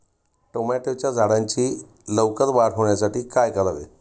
टोमॅटोच्या झाडांची लवकर वाढ होण्यासाठी काय करावे?